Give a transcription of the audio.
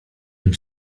nim